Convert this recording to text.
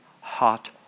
hot